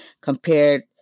compared